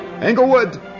Englewood